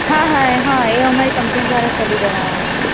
હા હા એ અમારી કંપની દ્વારા કરી દેવામાં આવશે